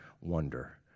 wonder